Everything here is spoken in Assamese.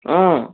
অঁ